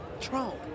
Trump